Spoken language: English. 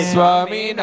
Swami